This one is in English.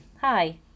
hi